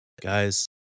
Guys